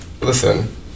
listen